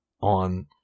on